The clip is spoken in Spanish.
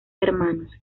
hermanos